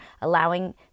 allowing